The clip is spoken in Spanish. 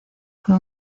fue